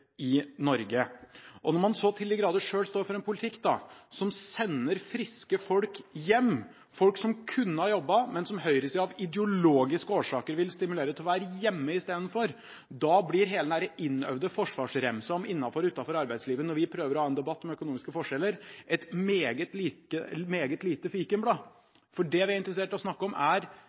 i Norge. Og når man så til de grader selv står for en politikk som sender friske folk hjem – folk som kunne ha jobbet, men som høyresiden av ideologiske årsaker vil stimulere til å være hjemme i stedet – da blir hele den innøvde forsvarsremsa om innenfor–utenfor arbeidslivet, når vi prøver å ha en debatt om økonomiske forskjeller, et meget lite fikenblad. For det vi er interessert i å snakke om, er